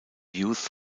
youth